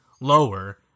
lower